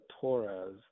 torres